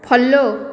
follow